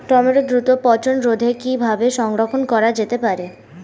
টমেটোর দ্রুত পচনরোধে কিভাবে সংরক্ষণ করা যেতে পারে?